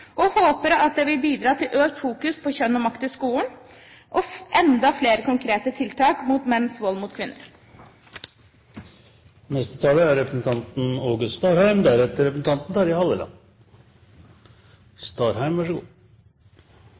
og håper at det vil bidra til økt fokus på kjønn og makt i skolen og enda flere konkrete tiltak mot menns vold mot kvinner.